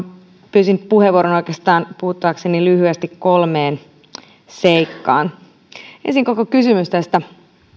pyysin puheenvuoron oikeastaan puuttuakseni lyhyesti kolmeen seikkaan ensin koko kysymys tästä